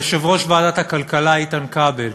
ליושב-ראש ועדת הכלכלה איתן כבל,